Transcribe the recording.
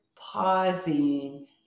pausing